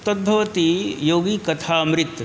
तद् भवति योगिकथामृतं